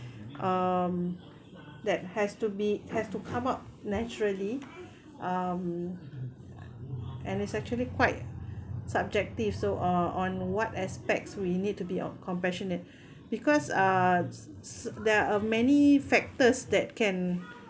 um that has to be has to come up naturally um and it's actually quite subjective so uh on what aspects we need to be on compassionate because uh there are many factors that can